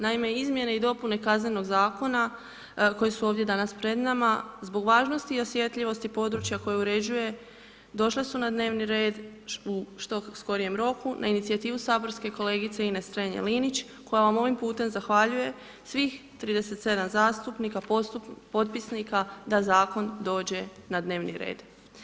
Naime, izmjene i dopune Kaznenog zakona koje su ovdje danas pred nama zbog važnosti i osjetljivosti područja koje uređuje došle su na dnevni red u što skorije roku na inicijativu saborske kolegice Ines Strenja-Linić koja vam ovim putem zahvaljuje svih 37 zastupnika potpisnika da zakon dođe na dnevni red.